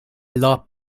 law